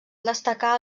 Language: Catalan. destacar